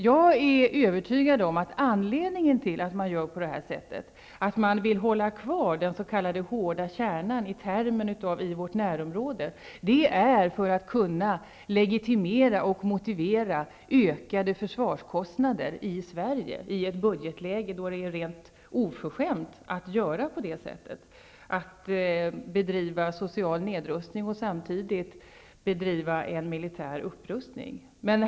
Jag är övertygad om att anledningen till att man gör på det här sättet -- att man vill hålla kvar den s.k. hårda kärnan i uttrycket ''i vårt närområde'' -- är att man skall kunna legitimera och motivera ökade försvarskostnader i Sverige i ett budgetläge då det är rent oförskämt att bedriva social nedrustning och samtidigt bedriva militär upprustning.